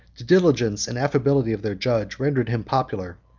the diligence and affability of their judge rendered him popular,